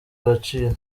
agaciro